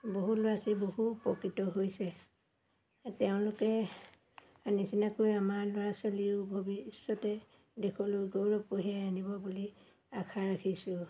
বহু ল'ৰা ছোৱালী বহু উপকৃত হৈছে তেওঁলোকে নিচিনাকৈ আমাৰ ল'ৰা ছোৱালীও ভৱিষ্যতে দেশলৈ গৌৰৱ কঢ়িয়াই আনিব বুলি আশা ৰাখিছোঁ